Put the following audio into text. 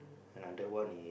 another one would